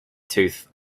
tooth